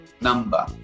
number